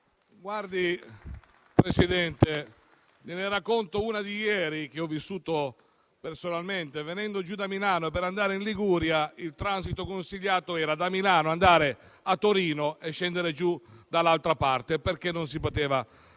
Presidente, gliene racconto una di ieri che ho vissuto personalmente: venendo giù da Milano per andare in Liguria il transito consigliato da Milano era andare a Torino e scendere giù dall'altra parte, perché non si poteva